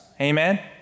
Amen